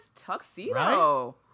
tuxedo